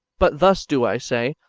but thus do i say,